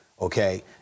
Okay